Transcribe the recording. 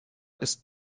ist